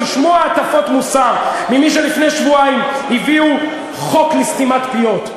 לשמוע הטפות מוסר ממי שלפני שבועיים הביאו חוק לסתימת פיות,